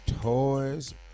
toys